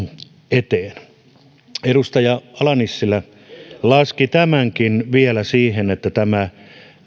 eteen edustaja ala nissilä laski tämänkin vielä siihen että tämä